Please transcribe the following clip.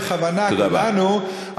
בכוונה כולנו,